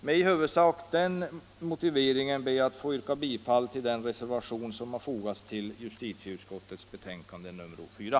Med i huvudsak den motiveringen ber jag att få yrka bifall till den reservation som är fogad vid justitieutskottets betänkande nr 4.